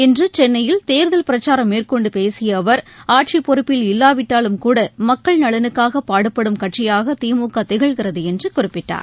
இன்று சென்னையில் தேர்தல் பிரச்சாரம் மேற்கொண்டு பேசிய அவர் ஆட்சிப் பொறுப்பில் இல்லாவிட்டாலும் கூட மக்கள் நலனுக்காக பாடுபடும் கட்சியாக திமுக திகழ்கிறது என்று குறிப்பிட்டார்